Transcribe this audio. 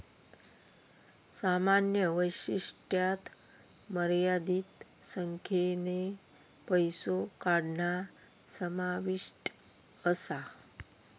सामान्य वैशिष्ट्यांत मर्यादित संख्येन पैसो काढणा समाविष्ट असा